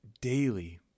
daily